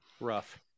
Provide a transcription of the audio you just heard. Rough